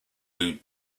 who